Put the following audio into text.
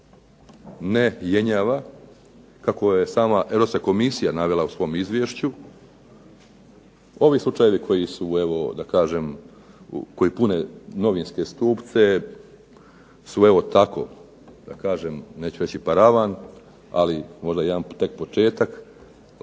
ne jenjava kako je sama Europska komisija navela u svom izvješću. Ovi slučajevi koji su evo, da kažem, koji pune novinske stupce su evo tako da kažem, neću reći paravan, ali možda jedan tek početak,